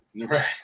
Right